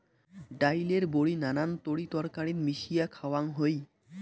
ডাইলের বড়ি নানান তরিতরকারিত মিশিয়া খাওয়াং হই